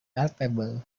palpable